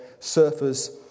surfers